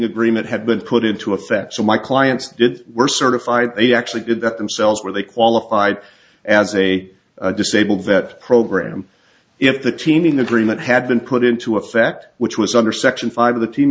agreement had been put into effect so my clients did were certified they actually did that themselves where they qualified as a disabled vet program if the team in the dream that had been put into effect which was under section five of the team